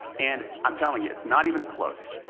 and i'm telling you, it's not even close.